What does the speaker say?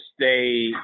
stay